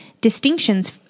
Distinctions